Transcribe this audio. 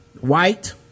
White